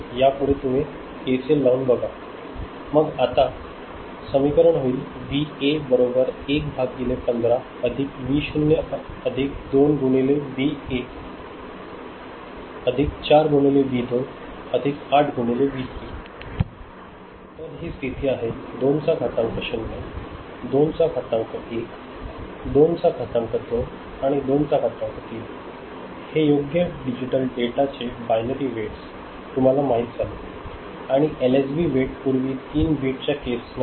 यामध्ये पुढे तुम्ही के सी एल लावून बघू शकता मग आता हे समीकरण होईल व्ही ए बरोबर एक भागिले 15 अधिक व्ही 0 अधिक दोन गुणिले व्ही 1 अधिक चार गुणिले व्ही 2 अधिक एक आठ गुणिले व्ही 3